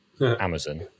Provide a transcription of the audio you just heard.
Amazon